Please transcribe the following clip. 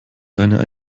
eine